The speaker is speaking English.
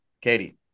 Katie